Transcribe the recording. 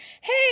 hey